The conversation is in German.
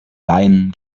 laien